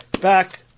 back